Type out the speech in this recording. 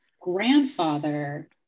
grandfather